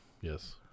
Yes